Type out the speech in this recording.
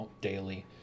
daily